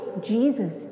Jesus